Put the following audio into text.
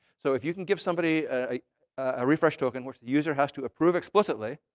so if you can give somebody a ah refresh token, which the user has to approve explicitly,